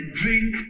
drink